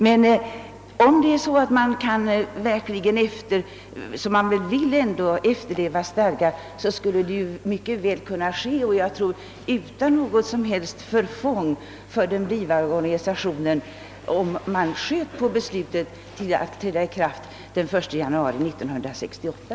Men om vi vill att stadgarna skall efterlevas, så kan detta mycket väl ske utan något som helst förfång för den blivande organisationen, om man skjuter på ikraftträdandet till den 1 januari 1968.